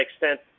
extent